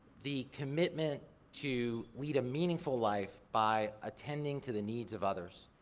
the commitment to lead a meaningful life by attending to the needs of others,